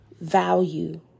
value